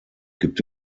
gibt